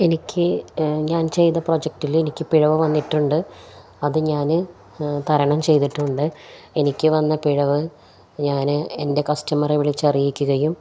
എനിക്കു ഞാൻ ചെയ്ത പ്രൊജക്റ്റില് എനിക്കു പിഴവു വന്നിട്ടുണ്ട് അതു ഞാന് തരണം ചെയ്തിട്ടുണ്ട് എനിക്കു വന്ന പിഴവ് ഞാന് എൻ്റെ കസ്റ്റമറെ വിളിച്ചറിയിക്കുകയും